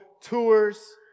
tours